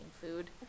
food